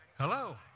hello